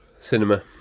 cinema